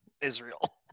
Israel